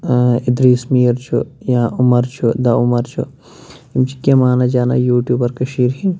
اِدریٖس میٖر چھُ یا عُمَر چھِ دَ عُمَر چھُ یِم چھِ کیٚنہہ مانا جانا یوٗٹیوٗبَر کٔشیٖرِ ہِنٛدۍ